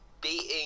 beating